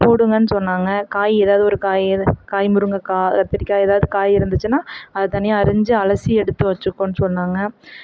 போடுங்கனு சொன்னாங்க காய் ஏதாவது ஒரு காய் எதை காய் முருங்கைக்கா கத்திரிக்காய் ஏதாவது காய் இருந்துச்சுனா அது தனியாக அரிஞ்சு அலசி எடுத்து வெச்சுக்கோனு சொன்னாங்க